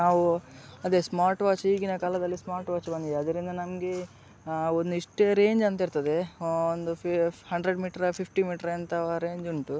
ನಾವು ಅದೆ smart watch ಈಗಿನ ಕಾಲದಲ್ಲಿ ಸ್ಮಾರ್ಟ್ ವಾಚ್ ಬಂದಿದೆ ಅದರಿಂದ ನಮಗೆ ಒಂದು ಇಷ್ಟೇ ರೇಂಜ್ ಅಂತ ಇರ್ತದೆ ಒಂದು ಫಿ ಹಂಡ್ರೆಡ್ ಮೀಟ್ರಾ ಫಿಫ್ಟಿ ಮೀಟ್ರಾ ಎಂತ ರೇಂಜ್ ಉಂಟು